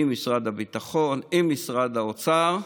עם משרד הביטחון ועם משרד האוצר.